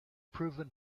proven